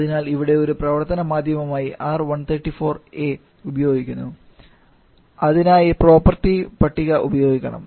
അതിനാൽ ഇവിടെ ഒരു പ്രവർത്തന മാധ്യമമായി R134a ഉപയോഗിക്കുന്നു അതിനായി പ്രോപ്പർട്ടി പട്ടിക ഉപയോഗിക്കണം